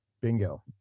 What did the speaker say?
Bingo